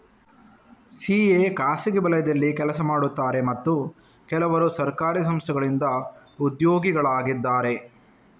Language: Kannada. ಸಿ.ಎ ಖಾಸಗಿ ವಲಯದಲ್ಲಿ ಕೆಲಸ ಮಾಡುತ್ತಾರೆ ಮತ್ತು ಕೆಲವರು ಸರ್ಕಾರಿ ಸಂಸ್ಥೆಗಳಿಂದ ಉದ್ಯೋಗಿಗಳಾಗಿದ್ದಾರೆ